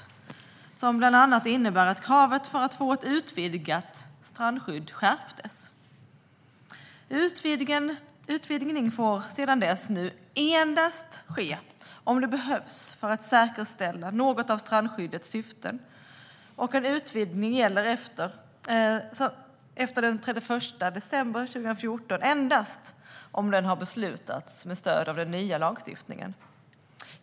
De innebar bland annat att kravet för att få ett utvidgat strandskyddsområde skärptes. Utvidgning får sedan dess endast ske om det behövs för att säkerställa något av strandskyddets syften, och en utvidgning gäller efter den 31 december 2014 endast om den har beslutats med stöd av den nya lagstiftningen.